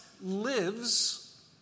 lives